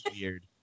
weird